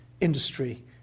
industry